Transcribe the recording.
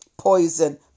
poison